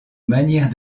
manière